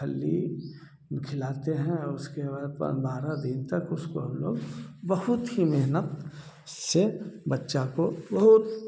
खल्ली खिलाते हैं और उसके बाद बारह दिन तक उसको हम लोग बहुत ही मेहनत से बच्चा को बहुत